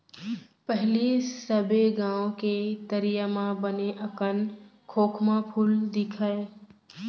पहिली सबे गॉंव के तरिया म बने अकन खोखमा फूल दिखय